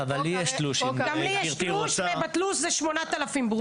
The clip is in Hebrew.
גם לי יש תלוש, ובתלוש זה 8,000 ברוטו.